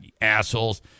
Assholes